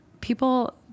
people